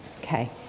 Okay